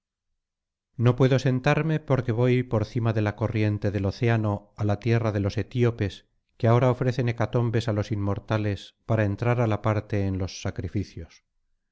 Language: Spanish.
no puedo sentarme porque voy por cima de la corriente del océano á la tierra de los etíopes que ahora ofrecen hecatombes á los inmortales para entrar á la parte en los sacrificios